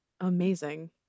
amazing